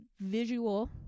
visual